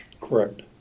Correct